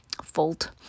fault